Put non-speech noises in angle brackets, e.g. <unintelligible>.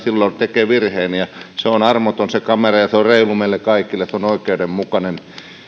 <unintelligible> silloin tekee virheen ja se on armoton se kamera ja se on reilu meille kaikille se on oikeudenmukainen